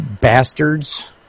bastards